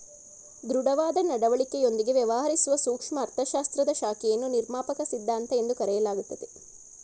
ದೃಢವಾದ ನಡವಳಿಕೆಯೊಂದಿಗೆ ವ್ಯವಹರಿಸುವ ಸೂಕ್ಷ್ಮ ಅರ್ಥಶಾಸ್ತ್ರದ ಶಾಖೆಯನ್ನು ನಿರ್ಮಾಪಕ ಸಿದ್ಧಾಂತ ಎಂದು ಕರೆಯಲಾಗುತ್ತದೆ